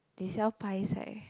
they sell pies right